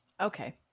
Okay